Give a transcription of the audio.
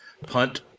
punt